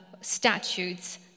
statutes